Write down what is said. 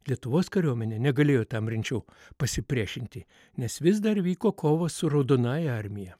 lietuvos kariuomenė negalėjo tam rimčiau pasipriešinti nes vis dar vyko kovos su raudonąja armija